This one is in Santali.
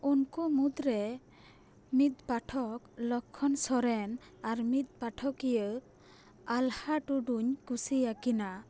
ᱩᱱᱠᱩ ᱢᱩᱫᱽ ᱨᱮ ᱢᱤᱫ ᱯᱟᱴᱷᱚᱠ ᱞᱚᱠᱷᱚᱱ ᱥᱚᱨᱮᱱ ᱟᱨ ᱢᱤᱫ ᱯᱟᱴᱷᱚᱠᱤᱭᱟᱹ ᱟᱦᱞᱟ ᱴᱩᱰᱩᱧ ᱠᱩᱥᱤᱭᱟᱠᱤᱱᱟ